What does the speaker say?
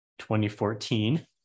2014